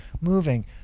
moving